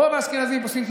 רוב האשכנזים פוסקים,